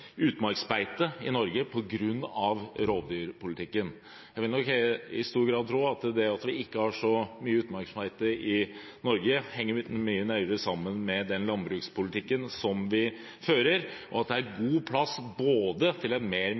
utmarksbeite i Norge på grunn av rovdyrpolitikken. Jeg vil nok i stor grad tro at det at vi ikke har så mye utmarksbeite i Norge, henger mye nøyere sammen med den landbrukspolitikken som vi fører, og at det er god plass til et mer